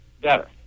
better